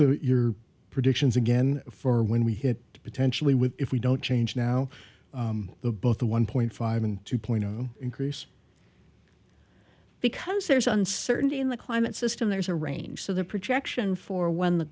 the your predictions again for when we hit to potentially with if we don't change now the both the one point five and two point zero increase because there's uncertainty in the climate system there's a range so the projection for when the